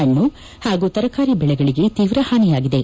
ಪಣ್ಣು ಹಾಗೂ ತರಕಾರಿ ಬೆಳೆಗಳಿಗೆ ತೀವ್ರ ಹಾನಿಯಾಗಿದೆ